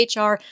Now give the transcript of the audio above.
HR